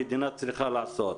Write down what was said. המדינה צריכה לעשות.